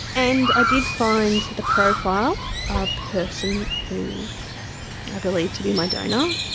and i did find the profile of the person who i believed to be my donor.